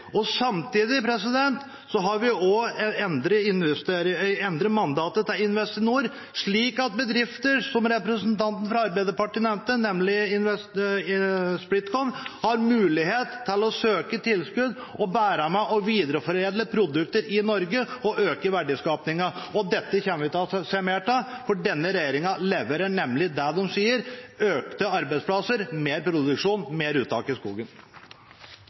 dette. Samtidig har vi også endret mandatet til Investinor, slik at bedrifter som representanten fra Arbeiderpartiet nevnte, nemlig Splitkon, har mulighet til å søke tilskudd og være med og videreforedle produkter i Norge og øke verdiskapingen. Dette kommer vi til å se mer av, for denne regjeringen leverer nemlig det de sier: flere arbeidsplasser, mer produksjon, mer uttak i skogen.